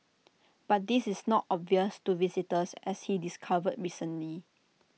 but this is not obvious to visitors as he discovered recently